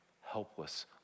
Helpless